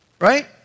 right